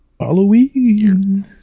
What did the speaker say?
Halloween